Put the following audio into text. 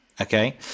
Okay